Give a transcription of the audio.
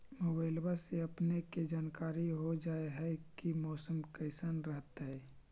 मोबाईलबा से अपने के जानकारी हो जा है की मौसमा कैसन रहतय?